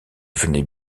venait